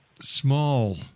small